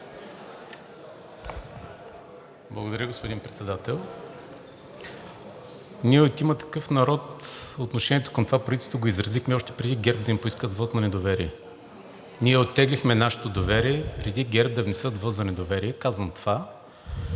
Благодаря, господин Председател. Ние от „Има такъв народ“ отношението към това правителство го изразихме, преди ГЕРБ да им поискат вот на недоверие. Ние оттеглихме нашето доверие, преди ГЕРБ да внесат вот на недоверие. Казвам това,